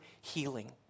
healing